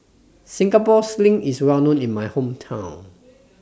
Singapore Sling IS Well known in My Hometown